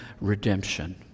redemption